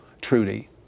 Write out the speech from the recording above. Trudy